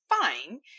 fine